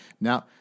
now